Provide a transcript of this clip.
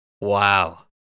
Wow